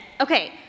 Okay